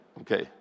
okay